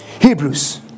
Hebrews